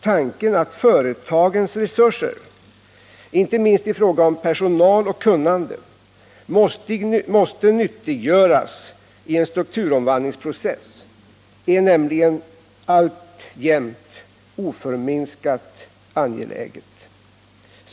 Tanken att företagens resurser, inte minst i fråga om personal och kunnande, måste nyttiggöras i en strukturomvandlingsprocess, är nämligen alltjämt oförminskat angelägen.